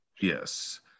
Yes